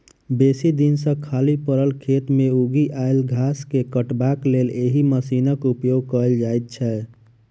बेसी दिन सॅ खाली पड़ल खेत मे उगि आयल घास के काटबाक लेल एहि मशीनक उपयोग कयल जाइत छै